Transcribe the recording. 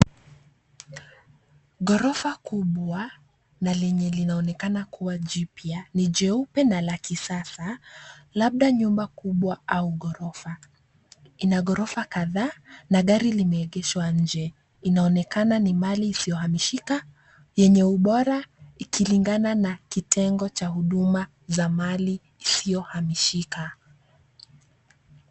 Ghorofa kubwa na lenye linaonekana kuwa jipya, jeupe na la kisasa labda nyumba kubwa au ghorofa. Ina ghorofa kadhaa na gari limeegeshwa nje. Inaonekana ni mali isiyohamishika yenye ubora ikilingana na kitengo ya huduma za mali isiyohamishika.